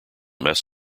mess